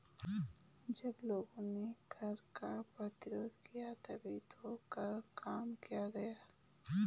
जब लोगों ने कर का प्रतिरोध किया तभी तो कर कम किया गया